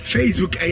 Facebook